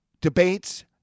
debates